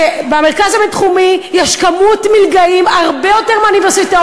במרכז הבין-תחומי יש הרבה יותר מלגאים מבאוניברסיטאות,